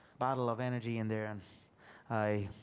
battle of energy in there and i.